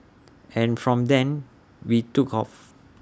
and from then we took off